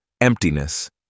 emptiness